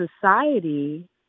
society